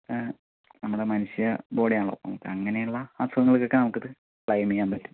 നമ്മള് മനുഷ്യബോഡി ആണല്ലോ അങ്ങനെയുള്ള അസുഖങ്ങൾക്കൊക്കെ നമുക്കിത് ക്ലെയ്മെയ്യാൻ പറ്റും